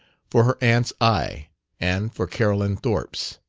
for her aunt's eye and for carolyn thorpe's.